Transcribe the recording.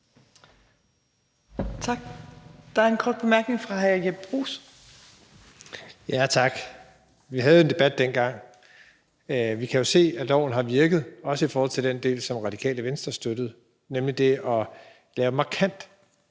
Tak. Der er en kort bemærkning fra hr. Jeppe Bruus. Kl. 18:02 Jeppe Bruus (S): Tak. Vi havde en debat dengang, og vi kan jo se, at loven har virket, også i forhold til den del, som Radikale Venstre støttede, nemlig det at lave markant